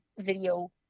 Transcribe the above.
video